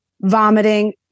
Vomiting